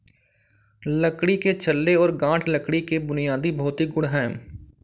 लकड़ी के छल्ले और गांठ लकड़ी के बुनियादी भौतिक गुण हैं